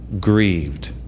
grieved